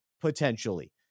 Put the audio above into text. potentially